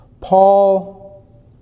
Paul